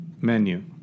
menu